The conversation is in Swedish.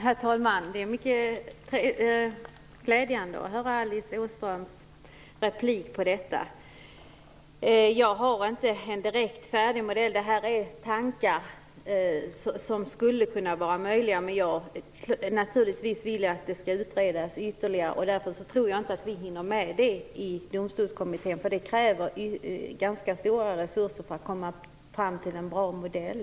Herr talman! Det är mycket glädjande att höra Alice Åströms replik. Jag har inte en direkt färdig modell. Det är tankar som skulle kunna vara möjliga. Men naturligtvis vill jag att dessa frågor skall utredas ytterligare. Därför tror jag inte att vi kommer att hinna med detta i Domstolskommittén. Det krävs ganska stora resurser för att komma fram till en bra modell.